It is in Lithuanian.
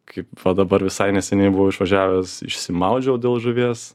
kaip va dabar visai neseniai buvau išvažiavęs išsimaudžiau dėl žuvies